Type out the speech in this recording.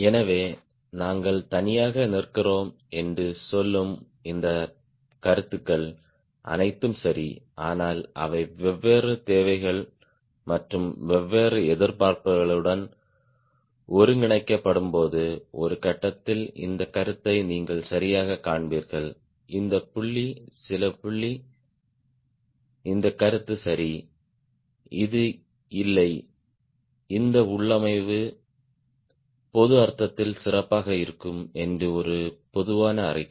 எனவே நாங்கள் தனியாக நிற்கிறோம் என்று சொல்லும் இந்த கருத்துக்கள் அனைத்தும் சரி ஆனால் அவை வெவ்வேறு தேவைகள் மற்றும் வெவ்வேறு எதிர்பார்ப்புகளுடன் ஒருங்கிணைக்கப்படும்போது ஒரு கட்டத்தில் இந்த கருத்தை நீங்கள் சரியாகக் காண்பீர்கள் இந்த புள்ளி சில புள்ளி இந்த கருத்து சரி அது இல்லை இந்த உள்ளமைவு பொது அர்த்தத்தில் சிறப்பாக இருக்கும் என்று ஒரு பொதுவான அறிக்கை